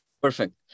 Perfect